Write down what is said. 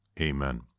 Amen